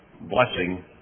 blessing